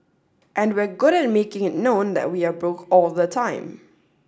and we're good at making it known that we are broke all the time